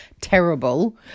terrible